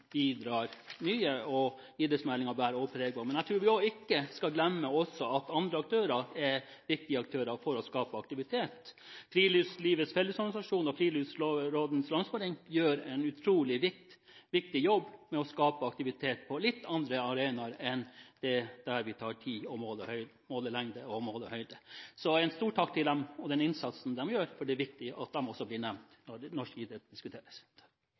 bidrar mye, og det bærer også idrettsmeldingen preg av. Men jeg tror heller ikke vi skal glemme at andre aktører er viktige for å skape aktivitet: Friluftslivets fellesorganisasjon og Friluftsrådenes Landsforbund gjør en utrolig viktig jobb med å skape aktivitet på litt andre arenaer enn der vi tar tid og måler lengde og høyde. Så en stor takk til dem og den innsatsen de gjør, for det er viktig at de også blir nevnt når norsk idrett diskuteres.